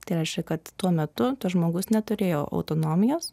tai reiškia kad tuo metu tas žmogus neturėjo autonomijos